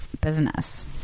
business